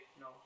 no